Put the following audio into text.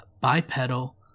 bipedal